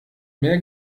mehr